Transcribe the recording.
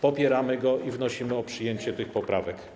Popieramy go i wnosimy o przyjęcie tych poprawek.